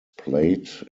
played